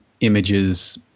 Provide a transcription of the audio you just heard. images